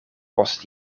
post